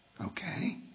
Okay